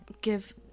Give